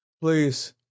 Please